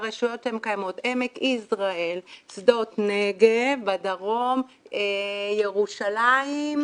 בעמק יזרעאל, שדות נגב בדרום, ירושלים.